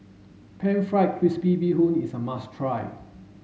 pan fried crispy bee hoon is a must try